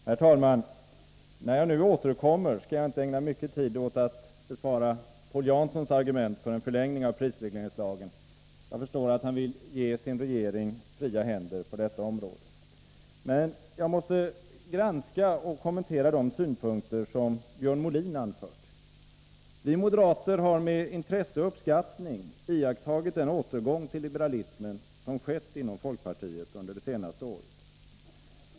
Herr talman! När jag nu återkommer skall jag inte ägna mycken tid åt att bemöta Paul Janssons argument för en förlängning av prisregleringslagen; jag förstår att han vill ge sin regering fria händer på detta område. Däremot måste jag granska och kommentera de synpunkter som Björn Molin anfört. Vi moderater har med intresse och uppskattning iakttagit den återgång till liberalismen som skett inom folkpartiet under det senaste året.